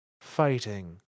fighting